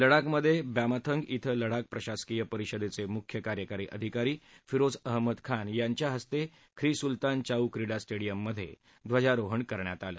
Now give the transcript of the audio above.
लडाखमधे ब्यामाथंग श्वी लडाख प्रशासकीय परिषदेचे मुख्य कार्यकारी अधिकारी फिरोझ अहमद खान यांच्याहस्ते ख्री सुलतान चाऊ क्रीडा स्टेडिअम मधे ध्वजारोहण करण्यात आलं